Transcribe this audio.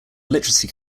literacy